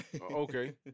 Okay